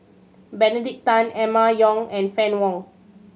Benedict Tan Emma Yong and Fann Wong